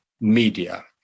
media